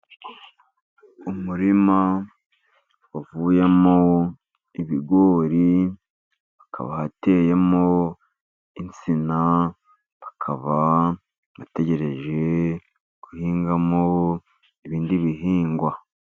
Umurima uvuyemo ibigori, hakaba hateyemo insina, hakaba hategereje guhingwamo ibindi bihingwa.